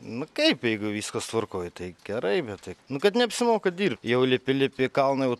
nu kaip jeigu viskas tvarkoj tai gerai bet tai nu kad neapsimoka dirbt jau lipi lipi į kalną jau